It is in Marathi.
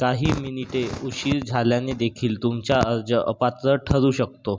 काही मिनिटे उशीर झाल्यानेदेखील तुमचा अर्ज अपात्र ठरू शकतो